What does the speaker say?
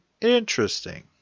interesting